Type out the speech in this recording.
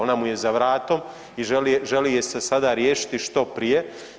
Ona mu je za vratom i želi je se sada riješiti što prije.